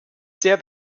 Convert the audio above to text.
sehr